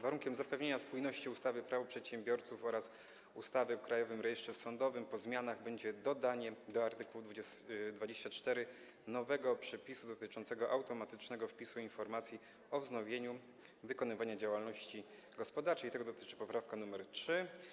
Warunkiem zapewnienia spójności ustawy Prawo przedsiębiorców oraz ustawy o Krajowym Rejestrze Sądowym po zmianach będzie dodanie do art. 24 nowego przepisu dotyczącego automatycznego wpisu informacji o wznowieniu wykonywania działalności gospodarczej, i tego dotyczy poprawka nr 3.